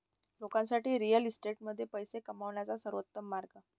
लोकांसाठी रिअल इस्टेटमध्ये पैसे कमवण्याचा सर्वोत्तम मार्ग